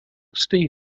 think